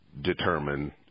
determine